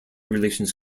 relations